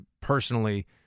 personally